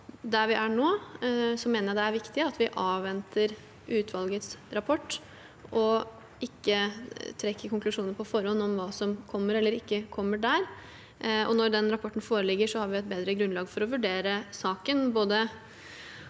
Der vi er nå, mener jeg det er viktig at vi avventer utvalgets rapport og ikke trekker konklusjoner på forhånd om hva som kommer eller ikke kommer der. Når den rapporten foreligger, har vi et bedre grunnlag for å vurdere saken,